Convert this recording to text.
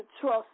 trust